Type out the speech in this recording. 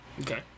Okay